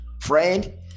friend